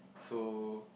so